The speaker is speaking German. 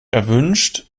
erwünscht